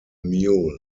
mule